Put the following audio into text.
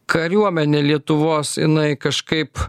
kariuomenė lietuvos jinai kažkaip